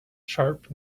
sharp